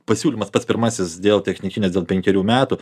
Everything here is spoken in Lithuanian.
pasiūlymas pats pirmasis dėl technikinės dėl penkerių metų